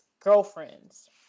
girlfriends